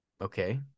Okay